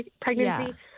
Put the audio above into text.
pregnancy